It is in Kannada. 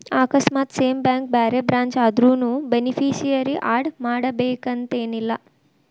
ಆಕಸ್ಮಾತ್ ಸೇಮ್ ಬ್ಯಾಂಕ್ ಬ್ಯಾರೆ ಬ್ರ್ಯಾಂಚ್ ಆದ್ರುನೂ ಬೆನಿಫಿಸಿಯರಿ ಆಡ್ ಮಾಡಬೇಕನ್ತೆನಿಲ್ಲಾ